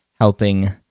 helping